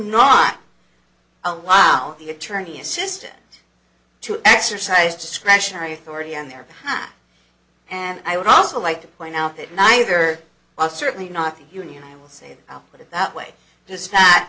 not allow the attorney assistant to exercise discretionary authority on there and i would also like to point out that neither are certainly not the union i will say i'll put it that way th